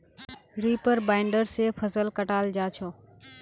reaper binder से फसल कटाल जा छ